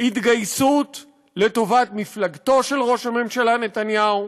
התגייסות לטובת מפלגתו של ראש הממשלה נתניהו.